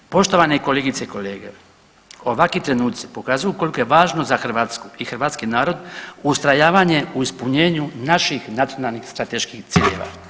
Poštovane kolegice i kolege, ovakvi trenuci pokazuju koliko je važno za Hrvatsku i hrvatski narod ustrajavanje u ispunjenju naših nacionalnih strateških ciljeva.